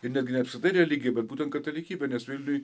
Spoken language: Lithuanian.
ir netgi ne apskritai religija bet būtent katalikybė nes vilniuj